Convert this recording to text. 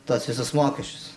tuos visus mokesčius